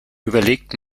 überlegt